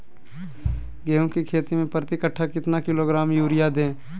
गेंहू की खेती में प्रति कट्ठा कितना किलोग्राम युरिया दे?